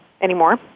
anymore